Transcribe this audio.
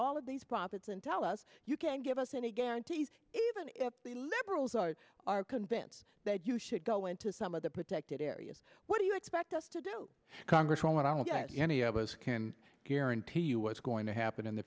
all of these profits and tell us you can't give us any guarantees even if the liberals are are convinced that you should go into some of the protected areas what do you expect us to do congresswoman i don't get any of us can guarantee you what's going to happen in the